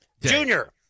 Junior